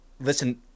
listen